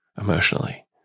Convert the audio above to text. emotionally